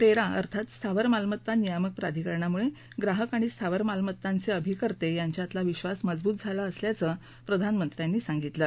RERA अर्थात स्थावर मालमत्ता नियामक प्राधिकरणामुळे ग्राहक आणि स्थावर मालमत्तांचे अभिकतें यांच्यातला विक्वास मजबूत झाला असल्याचं प्रधानमंत्र्यांनी सांगितलं